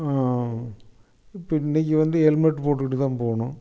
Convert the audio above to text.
இப்போ இன்னைக்கு வந்து ஹெல்மெட் போட்டுட்டு தான் போகணும்